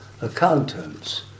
accountants